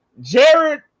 Jared